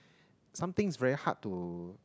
somethings very hard to